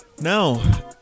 now